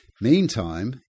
Meantime